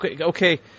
okay